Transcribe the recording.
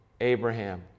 Abraham